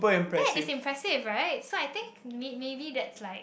that is impressive right so I think may~ maybe that's like